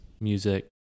music